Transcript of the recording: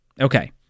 Okay